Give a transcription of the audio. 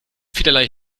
vielerlei